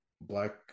Black